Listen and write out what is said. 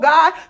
God